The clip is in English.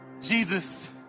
Jesus